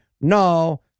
no